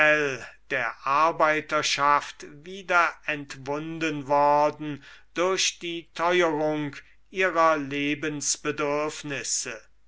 der arbeiterschaft wieder entwunden worden durch die teuerung ihrer